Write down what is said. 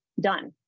Done